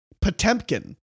Potemkin